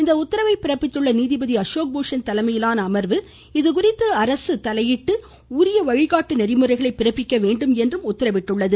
இந்த உத்தரவை பிறப்பித்துள்ள நீதிபதி அசோக் பூஷன் தலைமையிலான அமா்வு இதுகுறீத்து அரசு தலையிட்டு உரிய வழிகாட்டு நெறிமுறைகளை பிறப்பிக்க வேண்டும் என்று உத்தரவிட்டுள்ளது